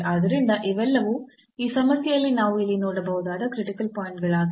ಆದ್ದರಿಂದ ಇವೆಲ್ಲವೂ ಈ ಸಮಸ್ಯೆಯಲ್ಲಿ ನಾವು ಇಲ್ಲಿ ನೋಡಬಹುದಾದ ಕ್ರಿಟಿಕಲ್ ಪಾಯಿಂಟ್ ಗಳಾಗಿವೆ